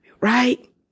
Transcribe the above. right